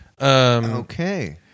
okay